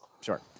Sure